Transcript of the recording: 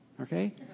Okay